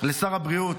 לשר הבריאות,